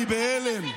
אני בהלם.